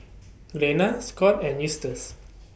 Glenna Scot and Eustace